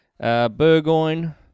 Burgoyne